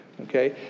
Okay